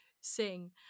sing